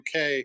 UK